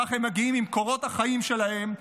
כך הם מגיעים עם קורות החיים שלהם,